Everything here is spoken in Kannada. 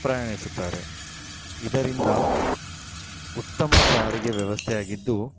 ಪ್ರಯಾಣಿಸುತ್ತಾರೆ ಇದರಿಂದ ಉತ್ತಮ ಸಾರಿಗೆ ವ್ಯವಸ್ಥೆಯಾಗಿದ್ದು